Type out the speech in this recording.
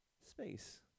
space